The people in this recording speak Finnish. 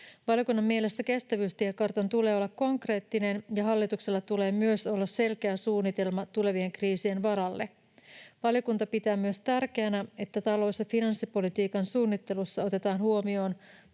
Valiokunnan mielestä kestävyystiekartan tulee olla konkreettinen, ja hallituksella tulee myös olla selkeä suunnitelma tulevien kriisien varalle. Valiokunta pitää myös tärkeänä, että talous‑ ja finanssipolitiikan suunnittelussa otetaan huomioon